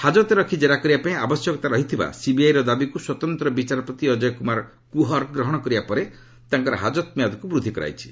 ହାଜତରେ ରଖି କେରା କରିବା ପାଇଁ ଆବଶ୍ୟକତା ରହିଥିବା ସିବିଆଇର ଦାବିକୁ ସ୍ୱତନ୍ତ୍ର ବିଚାରପତି ଅଜୟ କ୍ରମାର କୁହର ଗ୍ରହଣ କରିବା ପରେ ତାଙ୍କର ହାଜତ ମିଆଦକୁ ବୃଦ୍ଧି କରାଯାଇଛି